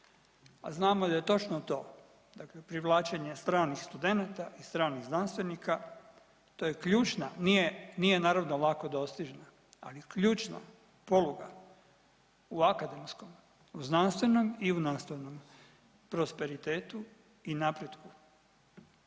znamo da je točno to, dakle privlačenje stranih studenata i stranih znanstvenika, to je ključna, nije, nije naravno lako dostižna, ali ključna poluga u akademskom, u znanstvenom i u nastavnom prosperitetu i napretku